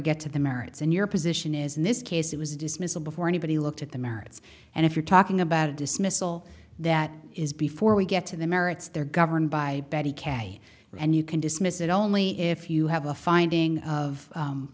get to the merits and your position is in this case it was dismissal before anybody looked at the merits and if you're talking about a dismissal that is before we get to the merits they're governed by betty k and you can dismiss it only if you have a finding of